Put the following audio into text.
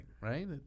right